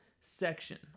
section